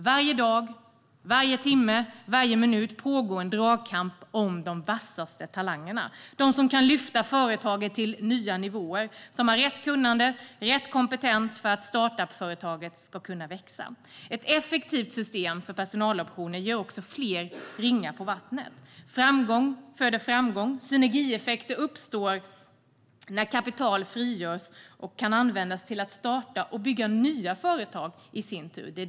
Varje dag, varje timme och varje minut pågår en dragkamp om de vassaste talangerna, de som kan lyfta företaget till nya nivåer, som har rätt kunnande och rätt kompetens för att startup-företaget ska kunna växa. Ett effektivt system för personaloptioner ger också ringar på vattnet. Framgång föder framgång. Synergieffekter uppstår när kapital frigörs och kan användas till att starta och bygga nya företag i sin tur.